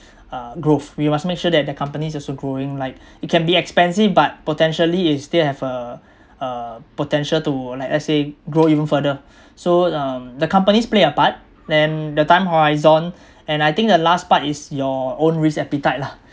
uh growth we must make sure that the company's also growing like it can be expensive but potentially it still have uh uh potential to like let's say grow even further so um the companies play a part and the time horizon and I think the last part is your own risk appetite lah